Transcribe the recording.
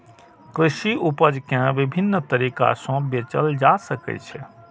कृषि उपज कें विभिन्न तरीका सं बेचल जा सकै छै